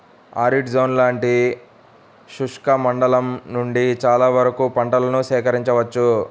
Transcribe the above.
arid zone లాంటి శుష్క మండలం నుండి చాలా వరకు పంటలను సేకరించవచ్చు